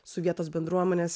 su vietos bendruomenės